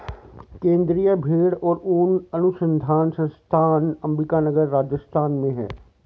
केन्द्रीय भेंड़ और ऊन अनुसंधान संस्थान अम्बिका नगर, राजस्थान में है